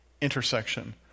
intersection